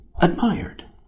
admired